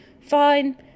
fine